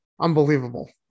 Unbelievable